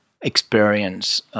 experience